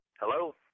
Hello